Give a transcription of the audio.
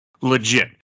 legit